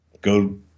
go